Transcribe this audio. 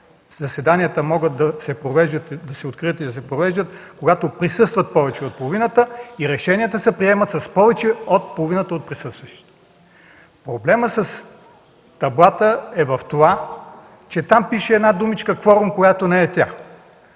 заседанията могат да се откриват и да се провеждат, когато присъстват повече от половината народни представители и решенията се приемат с гласовете на повече от половината от присъстващите. Проблемът с таблата е в това, че там пише една думичка „кворум”, която не е тя.